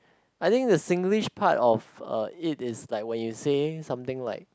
I think the Singlish part of uh it is like when you saying something like